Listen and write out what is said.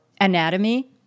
anatomy